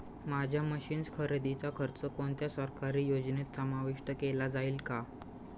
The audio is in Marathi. माझ्या मशीन्स खरेदीचा खर्च कोणत्या सरकारी योजनेत समाविष्ट केला जाईल का?